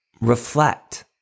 Reflect